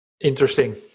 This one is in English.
interesting